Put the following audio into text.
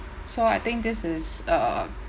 so I think this is uh